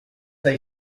they